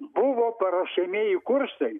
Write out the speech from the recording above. buvo paruošiamieji kursai